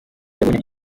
yabonye